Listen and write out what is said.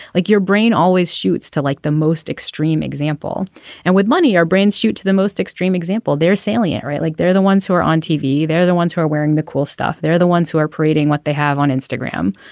like your brain always shoots to like the most extreme example and with money our brains shoot to the most extreme example they're salient right. like they're the ones who are on tv. they're the ones who are wearing the cool stuff. they're the ones who are parading what they have on instagram.